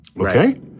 okay